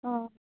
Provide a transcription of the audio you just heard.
অঁ